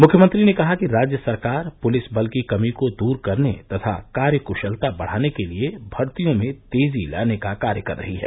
मुख्यमंत्री ने कहा कि राज्य सरकार पुलिस बल की कमी को दूर करने तथा कार्यक्शलता बढ़ाने के लिए भर्तियों में तेजी लाने का कार्य कर रही है